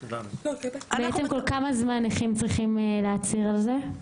--- כל כמה זמן נכים צריכים להצהיר על זה?